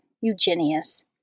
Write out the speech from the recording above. Eugenius